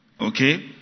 okay